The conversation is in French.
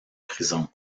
prison